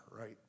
right